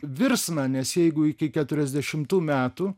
virsmą nes jeigu iki keturiasdešimtų metų